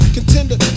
Contender